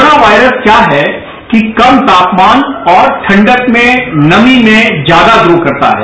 corona virus क्या है कि कम तापमान और ठंडक में नमी में ज्यादा रू करता है